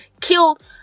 killed